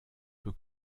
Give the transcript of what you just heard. peu